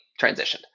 transitioned